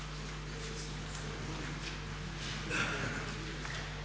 Hvala vam.